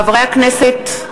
חברי הכנסת,